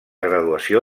graduació